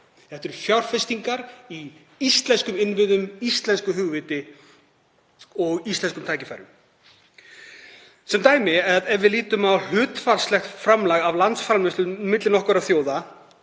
Þetta eru fjárfestingar í íslenskum innviðum, íslensku hugviti og íslenskum tækifærum. Ef við lítum sem dæmi á hlutfallslegt framlag af landsframleiðslu milli nokkurra þjóða,